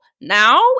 Now